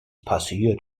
passiert